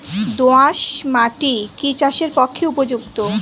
দোআঁশ মাটি কি চাষের পক্ষে উপযুক্ত?